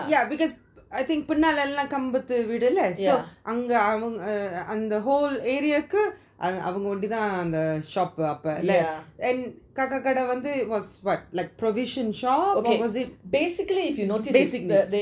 yeah because I think பின்னலாலம் கம்பத்து வீடு:pinnalalam kambathu veedu so அவங்க அந்த:avanga antha whole area கு அவங்க ஒண்டி தான் அந்த:ku avanga ondi thaan antha shop அப்பள:apala and காக்க கடை:kaaka kada was what like provision shop or was it basic needs